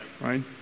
right